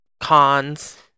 cons